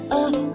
up